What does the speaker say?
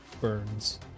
burns